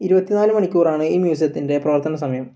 ഇരുപത്തിനാല് മണിക്കൂറാണ് ഈ മ്യൂസിയത്തിൻ്റെ പ്രവർത്തനസമയം